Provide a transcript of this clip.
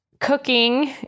cooking